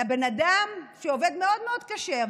לבן אדם שעובד מאוד מאוד קשה,